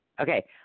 Okay